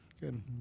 Good